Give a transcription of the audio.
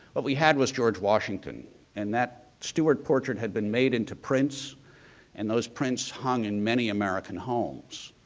what we had was george washington and that stuart portrait had been made into prints and those prints hung in many american homes.